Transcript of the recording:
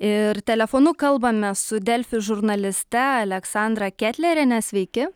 ir telefonu kalbame su delfi žurnaliste aleksandra ketleriene sveiki